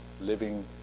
living